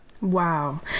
Wow